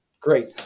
Great